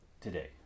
today